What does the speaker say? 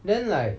then like